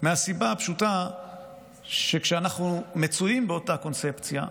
מהסיבה הפשוטה שאנחנו מצויים באותה קונספציה.